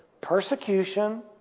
persecution